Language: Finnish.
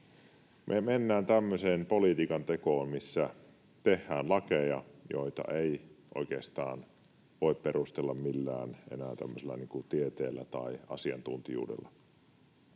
mennään tämmöiseen politiikan tekoon, missä tehdään lakeja, joita ei oikeastaan voi perustella enää millään tämmöisellä tieteellä tai asiantuntijuudella.